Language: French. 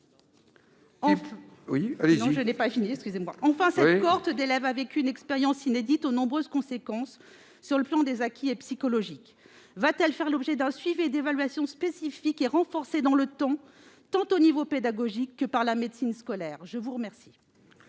Enfin, cette cohorte d'élèves a vécu une expérience inédite aux nombreuses conséquences, sur le plan des acquis et sur le plan psychologique. Va-t-elle faire l'objet d'un suivi et d'une évaluation spécifiques renforcés dans le temps, tant au niveau pédagogique que par la médecine scolaire ? Je vous remercie.